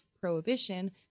prohibition